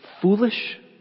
foolish